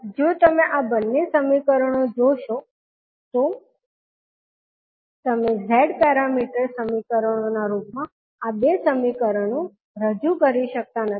હવે જો તમે આ બંને સમીકરણો જોશો તો તમે Z પેરામીટર સમીકરણોના રૂપમાં આ બે સમીકરણો રજૂ કરી શકતા નથી